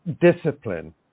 discipline